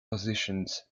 positions